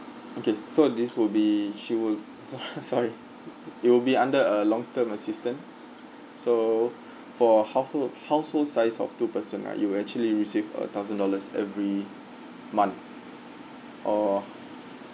okay so this will be she would so~ sorry it'll be under a long term assistant so for househo~ household size of two person right you will actually receive a thousand dollars every month or